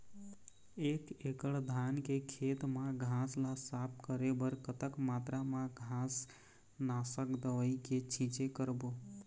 एक एकड़ धान के खेत मा घास ला साफ करे बर कतक मात्रा मा घास नासक दवई के छींचे करबो?